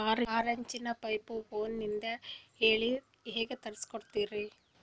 ಆರಿಂಚಿನ ಪೈಪು ಫೋನಲಿಂದ ಹೇಳಿ ತರ್ಸ ಕೊಡ್ತಿರೇನ್ರಿ?